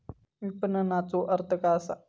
विपणनचो अर्थ काय असा?